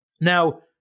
Now